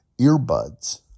earbuds